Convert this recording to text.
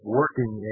working